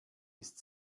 ist